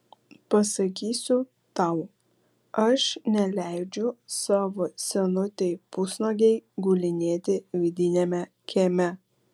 pasakysiu tau aš neleidžiu savo senutei pusnuogei gulinėti vidiniame kieme